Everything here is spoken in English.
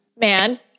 man